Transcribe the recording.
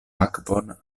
akvon